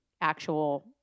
actual